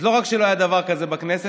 אז לא רק שלא היה דבר כזה בכנסת,